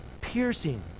piercing